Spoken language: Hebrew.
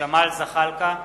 ג'מאל זחאלקה,